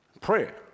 Prayer